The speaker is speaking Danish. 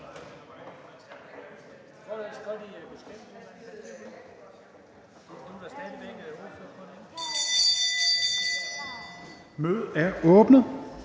Mødet er udsat.